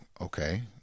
Okay